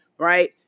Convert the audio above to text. right